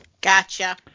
Gotcha